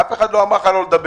אף אחד לא אמר לך לא לדבר.